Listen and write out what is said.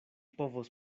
povos